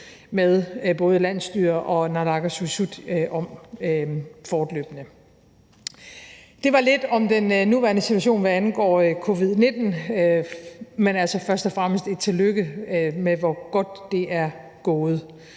med både landsstyre og naalakkersuisut om fortløbende. Det var lidt om den nuværende situation, hvad angår covid-19, men altså først og fremmest et tillykke med, hvor godt det er gået.